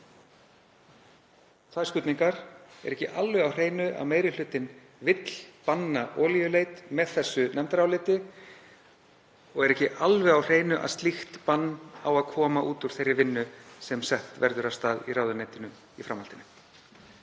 tvær spurningar: Er ekki alveg á hreinu að meiri hlutinn vilji banna olíuleit með þessu nefndaráliti, og er ekki alveg á hreinu að slíkt bann eigi að koma út úr þeirri vinnu sem sett verður af stað í ráðuneytinu í framhaldinu?